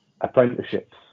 apprenticeships